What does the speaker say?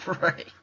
Right